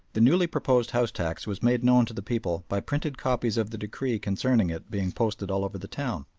the newly proposed house-tax was made known to the people by printed copies of the decree concerning it being posted all over the town.